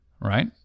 right